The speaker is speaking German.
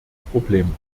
problem